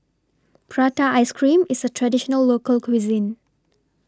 Prata Ice Cream IS A Traditional Local Cuisine